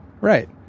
Right